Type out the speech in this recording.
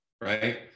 right